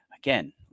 Again